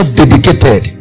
dedicated